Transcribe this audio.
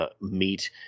meet